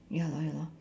ya lor ya lor